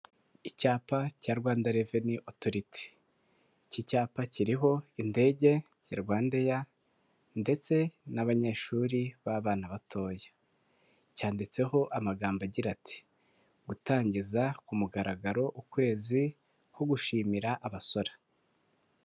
Icyapa cya Rwanda Revenue Authority. Iki cyapa kiriho indege ya Rwandair ndetse n'abanyeshuri b'abana batoya. Cyanditseho amagambo agira ati: "Gutangiza ku mugaragaro ukwezi ko gushimira abasora."